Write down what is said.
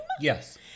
Yes